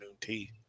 tea